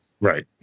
right